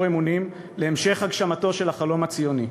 אמונים להמשך הגשמתו של החלום הציוני,